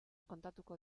kontatuko